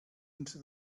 into